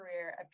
career